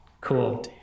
Cool